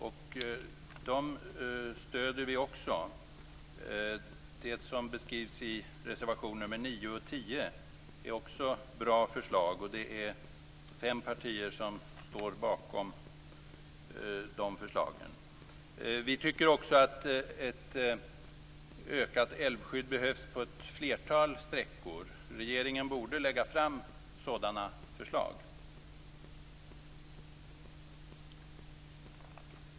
Vi stöder dem också. Det som beskrivs i reservationerna 9 och 10 är också bra förslag, och det är fem partier som står bakom de förslagen. Vi tycker också att ett ökat älvskydd behövs på ett flertal sträckor. Regeringen borde lägga fram sådana förslag.